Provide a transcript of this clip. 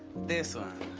this one?